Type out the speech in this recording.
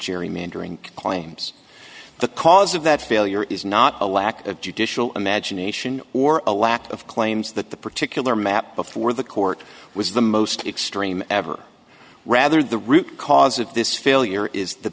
gerrymandering claims the cause of that failure is not a lack of judicial imagination or a lack of claims that the particular map before the court was the most extreme ever rather the root cause of this failure is the